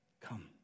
Come